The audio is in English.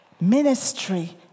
ministry